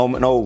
no